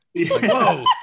Whoa